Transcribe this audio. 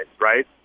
right